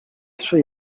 trzy